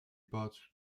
bought